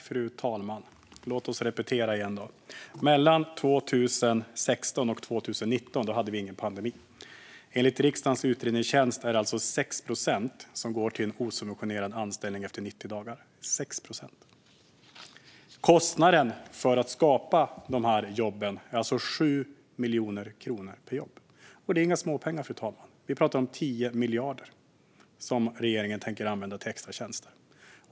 Fru talman! Låt oss repetera igen. Mellan 2016 och 2019 hade vi ingen pandemi. Enligt riksdagens utredningstjänst är det alltså 6 procent som går till osubventionerad anställning efter 90 dagar. Kostnaden för att skapa dessa jobb är alltså 7 miljoner kronor per jobb. Det är inga småpengar, fru talman, utan vi pratar om 10 miljarder som regeringen tänker använda till extratjänster.